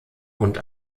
und